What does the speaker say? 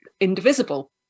indivisible